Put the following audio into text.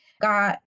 got